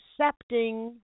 accepting